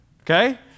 Okay